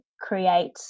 create